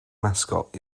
mascot